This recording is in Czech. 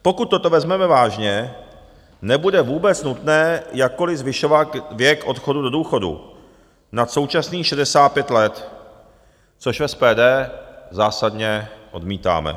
Pokud toto vezmeme vážně, nebude vůbec nutné jakkoliv zvyšovat věk odchodu do důchodu nad současných 65 let, což v SPD zásadně odmítáme.